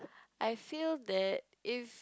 I feel that if